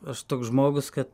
aš toks žmogus kad